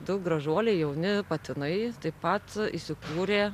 du gražuoliai jauni patinai taip pat įsikūrė